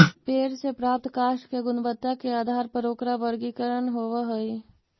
पेड़ से प्राप्त काष्ठ के गुणवत्ता के आधार पर ओकरा वर्गीकरण होवऽ हई